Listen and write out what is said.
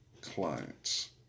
clients